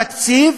התקציב